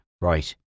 right